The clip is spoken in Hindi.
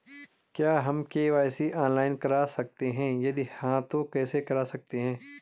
क्या हम के.वाई.सी ऑनलाइन करा सकते हैं यदि हाँ तो कैसे करा सकते हैं?